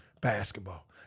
basketball